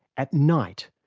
at night,